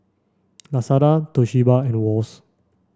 Lazada Toshiba and Wall's